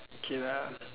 K lah